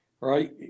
Right